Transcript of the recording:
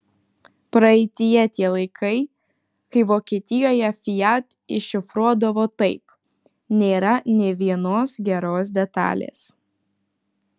praeityje tie laikai kai vokietijoje fiat iššifruodavo taip nėra nė vienos geros detalės